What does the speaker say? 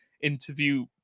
interview